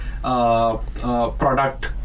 product